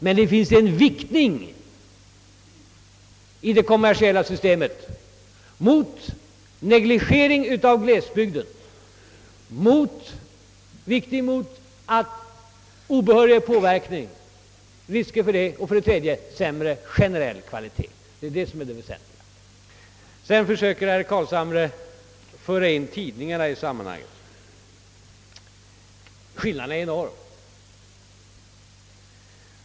Men i det kommersiella systemet finns en tendens mot negligering av glesbygden, risker för obehörig påverkan och dess utom en sämre generell kvalitet. Det är detta som är det väsentliga. Vidare försöker herr Carlshamre ta upp en jämförelse med tidningarna i detta sammanhang. Skillnaden är enorm.